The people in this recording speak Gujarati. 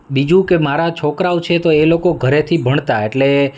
બીજું કે મારા છોકરાઓ છે તો એ લોકો ઘરેથી ભણતા એટલે